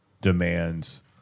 demands